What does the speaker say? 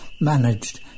managed